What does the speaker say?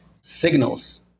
signals